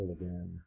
again